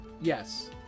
yes